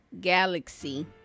Galaxy